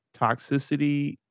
toxicity